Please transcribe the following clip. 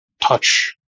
touch